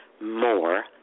more